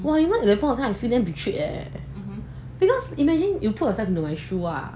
!wah! at that point in time I felt damn betray eh because imagine you put yourself in my shoes ah